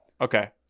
Okay